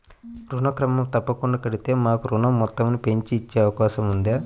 ఋణం క్రమం తప్పకుండా కడితే మాకు ఋణం మొత్తంను పెంచి ఇచ్చే అవకాశం ఉందా?